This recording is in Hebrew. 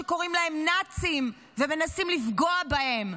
שקוראים להם "נאצים" ומנסים לפגוע בהם?